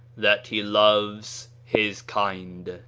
that he loves his kind!